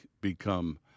become